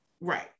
Right